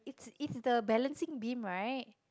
it's the balancing beam right